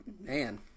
man